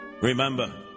Remember